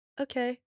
okay